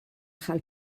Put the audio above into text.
chael